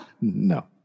No